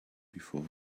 before